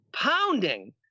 pounding